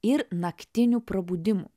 ir naktinių prabudimų